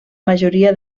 majoria